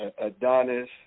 Adonis